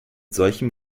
solchem